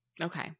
Okay